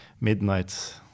Midnight